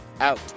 Out